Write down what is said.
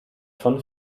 von